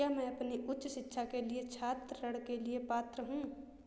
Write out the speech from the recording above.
क्या मैं अपनी उच्च शिक्षा के लिए छात्र ऋण के लिए पात्र हूँ?